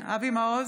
מעוז,